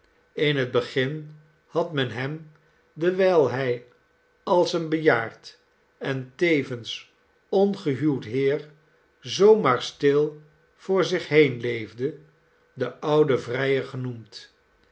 in het begin had men hem dewijl hij als eenbejaard en tevens ongehuwd heer zoo maar stil voor zich heen leefde den ouden vrijer genoemd